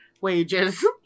wages